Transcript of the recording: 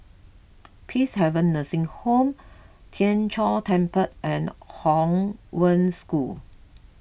Peacehaven Nursing Home Tien Chor Temple and Hong Wen School